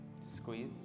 squeeze